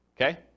okay